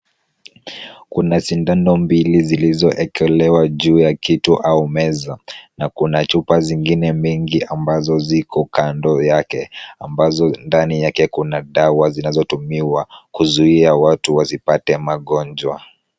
Kuna sindano mbili zilizoekelewa juu ya kitu au meza na kuna chupa zingine mingi ambazo ziko kando yake, ambazo ndani yake kuna dawa zinazotumiwa kuzuia watu wasipate magonjwa.